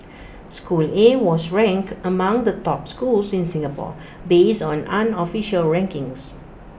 school A was ranked among the top schools in Singapore based on unofficial rankings